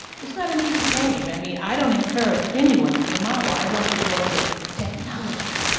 it's not an easy game. i mean, i don't encourage anyone to be a model. i want you to go into technology.